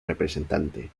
representante